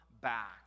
back